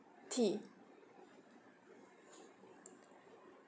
T